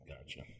Gotcha